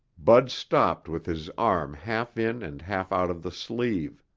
bud stopped with his arm half in and half out of the sleeve.